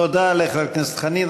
תודה לחבר הכנסת חנין.